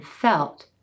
felt